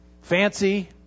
fancy